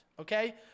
okay